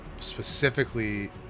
specifically